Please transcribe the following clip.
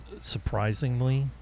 surprisingly